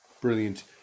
Brilliant